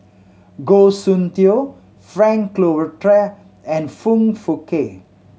Goh Soon Tioe Frank Cloutier and Foong Fook Kay